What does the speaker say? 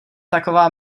taková